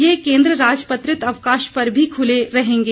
ये केंद्र राजपत्रित अवकाश पर भी खुले रहेंगे